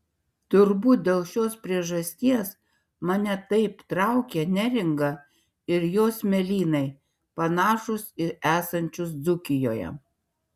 turbūt dėl šios priežasties mane taip traukia neringa ir jos smėlynai panašūs į esančius dzūkijoje